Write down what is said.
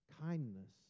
Kindness